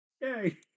Yay